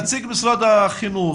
נציג משרד החינוך,